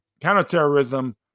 Counterterrorism